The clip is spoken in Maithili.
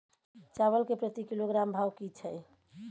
चावल के प्रति किलोग्राम भाव की छै?